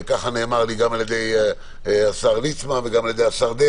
כך נאמר לי גם על-ידי השרים ליצמן ודרעי.